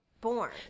born